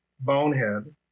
bonehead